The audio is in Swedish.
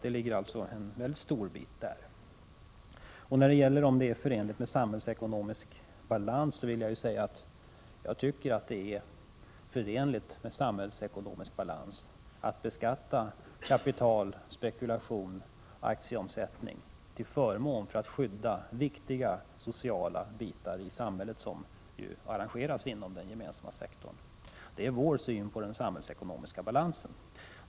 Där ligger en stor bit. Jag tycker det är förenligt med samhällsekonomisk balans att beskatta kapital, spekulation och aktieomsättning till förmån för att skydda viktiga sociala bitar i samhället som arrangeras i den gemensamma sektorn. Det är vår syn på den samhällsekonomiska balansen.